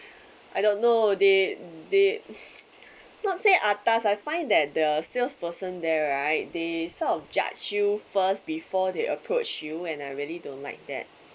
I don't know they they not say atas I find that the salesperson there right they sort of judge you first before they approach you and I really don't like that